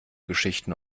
geschichten